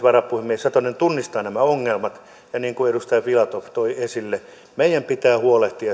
varapuhemies satonen tunnistaa nämä ongelmat ja niin kuin edustaja filatov toi esille meidän pitää huolehtia